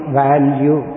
value